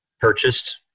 purchased